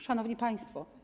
Szanowni Państwo!